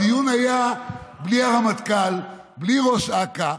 הדיון היה בלי הרמטכ"ל, בלי ראש אכ"א,